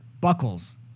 buckles